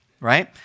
right